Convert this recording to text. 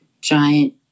giant